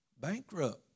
bankrupt